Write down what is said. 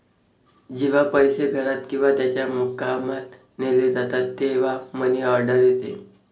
जेव्हा पैसे घरात किंवा त्याच्या मुक्कामात नेले जातात तेव्हा मनी ऑर्डर येते